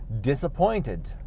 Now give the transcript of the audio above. disappointed